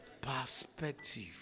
Perspective